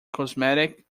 cosmetic